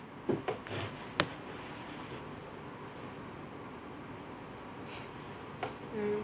mm